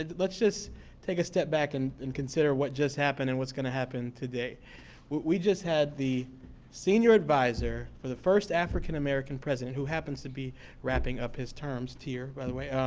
ah let's just take a step back and and consider what just happened, and what's going to happen today. what we just had the senior adviser, for the first african american president, who happens to be wrapping up this terms tear, by the way,